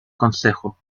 consejo